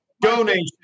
Donation